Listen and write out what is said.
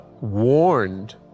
warned